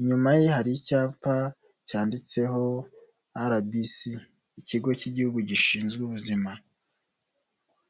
inyuma ye hari icyapa cyanditseho RBC, ikigo cy'Igihugu gishinzwe ubuzima.